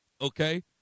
Okay